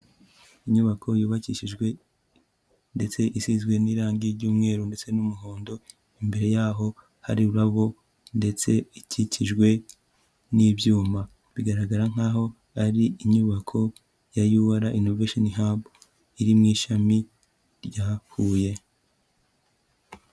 inyubako yubakishijwe ndetse isizwe n'irangi y ry'umweru ndetse n'umuhondo imbere yaho hari ururabo ndetse ikikijwe n'ibyuma bigaragara nkaho aho ari inyubako ya urra inovationhuub iri mu ishami ryahuye